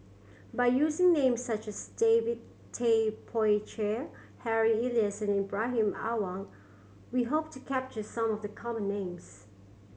by using names such as David Tay Poey Cher Harry Elias and Ibrahim Awang we hope to capture some of the common names